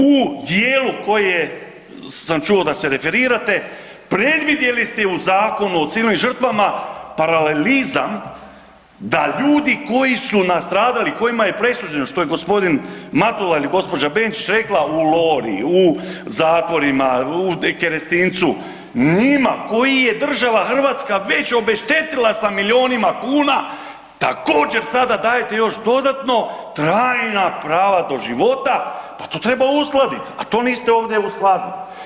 U dijelu koje sam čuo da se referirate predvidjeli ste u zakonu o civilnim žrtvama paralelizam da ljudi koji su nastradali kojima je presuđeno što je gospodin Matula ili gospođa Benčić rekla u Lori, u zatvorima u …/nerazumljivo/… njima koji je država Hrvatska već obeštetila sa milionima kuna također sada dajete još dodatno trajna prava do života, pa to treba uskladiti, a to niste ovdje uskladili.